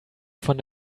von